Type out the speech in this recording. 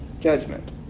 judgment